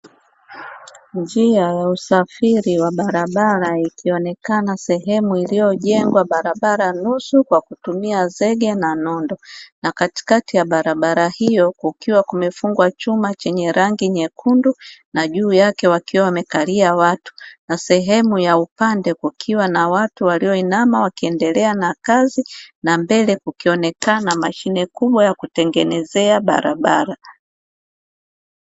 Njia ya usafiri wa barabara ikionekana sehemu iliyojengwa barabara nusu kwa kutumia zege na nondo, na katikati ya barabara hiyo kukiwa kumefungwa chuma chenye rangi nyekundu na juu yake wakiwa wamekalia watu, na sehemu ya upande kukiwa na watu walioinama wakiendelea na kazi na mbele kukionekana mashine kubwa ya kutengenezea barabara.